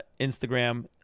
Instagram